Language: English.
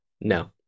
no